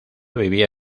vivía